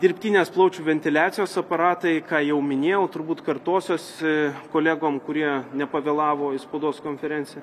dirbtinės plaučių ventiliacijos aparatai ką jau minėjau turbūt kartosiuosi kolegom kurie nepavėlavo į spaudos konferenciją